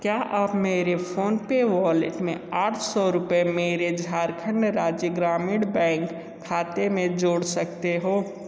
क्या आप मेरे फोनपे वॉलेट में आठ सौ रुपये मेरे झारखण्ड राज्य ग्रामीण बैंक खाते में जोड़ सकते हो